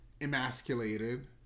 emasculated